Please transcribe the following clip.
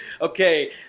okay